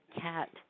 cat